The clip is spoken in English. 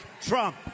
trump